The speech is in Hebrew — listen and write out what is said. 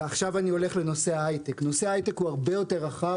ועכשיו אני הולך לנושא ההייטק שהוא הרבה יותר רחב.